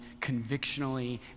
convictionally